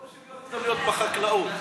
שוויון זכויות בחקלאות.